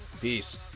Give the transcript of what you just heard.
Peace